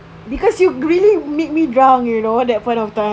because you really make me drunk you know at that point of time